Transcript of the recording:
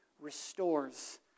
restores